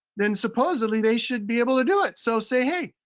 then supposedly, they should be able to do it. so say, hey,